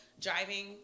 driving